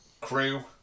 crew